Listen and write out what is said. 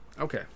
Okay